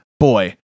Boy